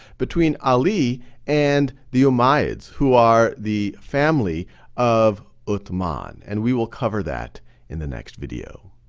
between ali and the umayyad's who are the family of uthman, and we will cover that in the next video.